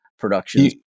Productions